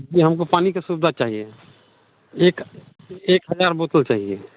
जी हमको पानी की सुविधा चाहिए एक एक हज़ार बोतल चाहिए